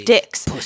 Dicks